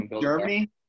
Germany